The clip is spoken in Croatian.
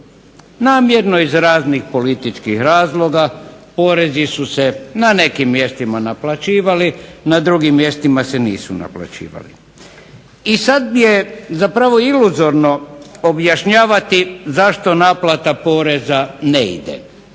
Namjerno iz raznih političkih razloga. Porezi su se na nekim mjestima naplaćivali, na drugim mjestima se nisu naplaćivali. I sad je zapravo iluzorno objašnjavati zašto naplata poreza ne ide.